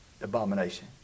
Abomination